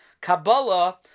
Kabbalah